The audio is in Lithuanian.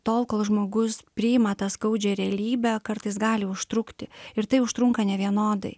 tol kol žmogus priima tą skaudžią realybę kartais gali užtrukti ir tai užtrunka nevienodai